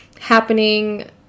happening